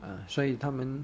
ah 所以他们